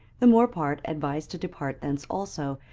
the more part advised to depart thence also,